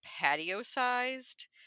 patio-sized